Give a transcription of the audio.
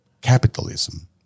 capitalism